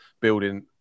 building